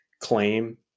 claim